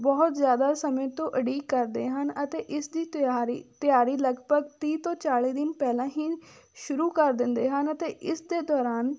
ਬਹੁਤ ਜ਼ਿਆਦਾ ਸਮੇਂ ਤੋਂ ਉਡੀਕ ਕਰਦੇ ਹਨ ਅਤੇ ਇਸ ਦੀ ਤਿਊਆਰੀ ਤਿਆਰੀ ਲਗਭਗ ਤੀਹ ਤੋਂ ਚਾਲੀ ਦਿਨ ਪਹਿਲਾਂ ਹੀ ਸ਼ੁਰੂ ਕਰ ਦਿੰਦੇ ਹਨ ਅਤੇ ਇਸ ਦੇ ਦੌਰਾਨ